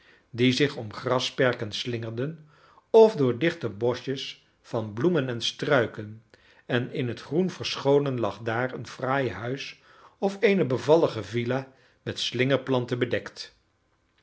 die zich om grasperken slingerden of door dichte boschjes van bloemen en struiken en in het groen verscholen lag daar een fraai huis of eene bevallige villa met slingerplanten bedekt